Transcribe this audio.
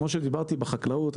כמו שדיברתי בחקלאות,